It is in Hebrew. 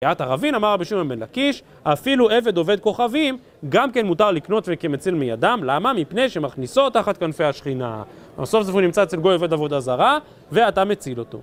תיאת ערבין אמר משולם בן לקיש, אפילו עבד עובד כוכבים, גם כן מותר לקנות וכמציל מידם, למה? "מפני שמכניסו תחת כנפי השכינה". כלומר, סוף סוף הוא נמצא אצל גוי, עובד עבודה זרה, ואתה מציל אותו.